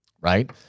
Right